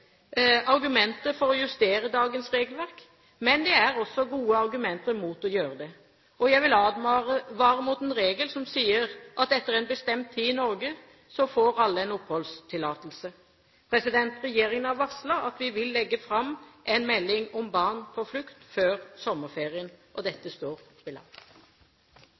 for å justere dagens regelverk, men det er også gode argumenter mot å gjøre det. Jeg vil advare mot en regel som sier at etter en bestemt tid i Norge får alle en oppholdstillatelse. Regjeringen har varslet at vi vil legge fram en melding om barn på flukt før sommerferien, og dette står ved lag.